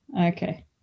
Okay